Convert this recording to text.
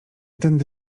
tędy